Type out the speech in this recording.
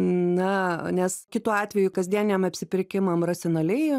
na nes kitu atveju kasdieniam apsipirkimam racionaliai